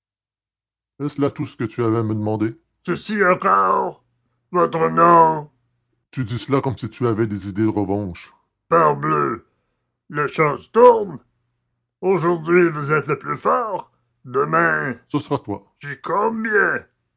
est-ce là tout ce que tu avais à me demander ceci encore votre nom tu dis cela comme si tu avais des idées de revanche parbleu la chance tourne aujourd'hui vous êtes le plus fort demain ce sera toi j'y compte